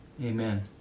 Amen